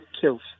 kills